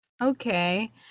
okay